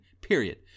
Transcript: period